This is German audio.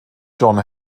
john